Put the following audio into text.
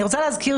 אני רוצה להזכיר,